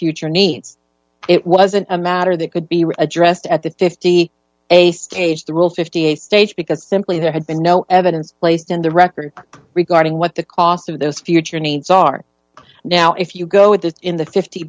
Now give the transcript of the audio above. future needs it wasn't a matter that could be addressed at the fifty a stage the rule fifty eight stage because simply there had been no evidence placed in the record regarding what the cost of those future needs are now if you go with that in the fifty